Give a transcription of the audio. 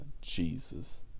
jesus